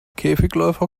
käfigläufer